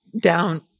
down